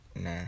nah